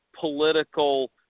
political